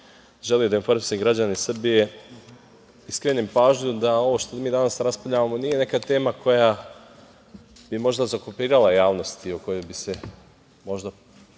želim da informišem građane Srbije da skrenem pažnju da ovo što mi danas raspravljamo nije neka tema koja bi možda zaokupirala javnost i o kojoj bi se možda